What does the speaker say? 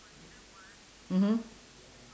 mmhmm